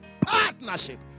partnership